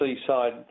seaside